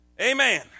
amen